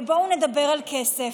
ובואו נדבר על כסף.